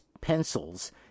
pencils